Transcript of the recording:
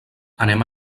anem